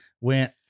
went